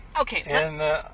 Okay